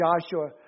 Joshua